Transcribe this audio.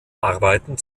arbeiten